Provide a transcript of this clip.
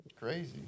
Crazy